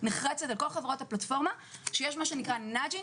נחרצת מאוד על כל חברות הפלטפורמה שיש מה שנקרא Nagging